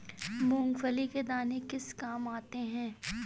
मूंगफली के दाने किस किस काम आते हैं?